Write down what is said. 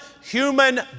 human